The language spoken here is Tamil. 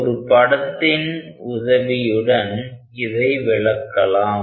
ஒரு படத்தின் உதவியுடன் இதை விளக்கலாம்